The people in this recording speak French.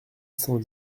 cent